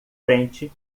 frente